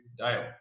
Dale